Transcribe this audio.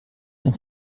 dem